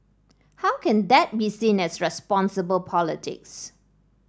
how can that be seen as responsible politics